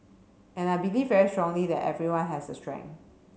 and I believe very strongly that everyone has a strength